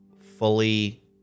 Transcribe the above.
fully